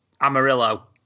Amarillo